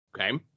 okay